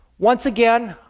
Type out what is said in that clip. once again,